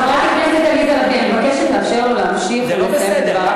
אתה מוזמן להגיש הצעה לסדר.